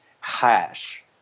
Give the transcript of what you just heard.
hash